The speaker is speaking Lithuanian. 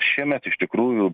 šiemet iš tikrųjų